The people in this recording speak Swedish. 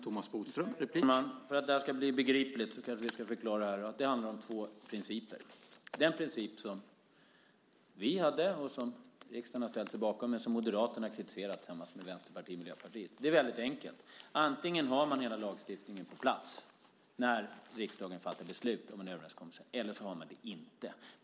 Herr talman! För att det här ska bli begripligt ska vi kanske här förklara att det handlar om två principer. Den princip som vi hade och som riksdagen har ställt sig bakom men som Moderaterna tillsammans med Vänsterpartiet och Miljöpartiet har kritiserat är väldigt enkel: Antingen har man hela lagstiftningen på plats när riksdagen fattar beslut om en överenskommelse, eller också har man inte det.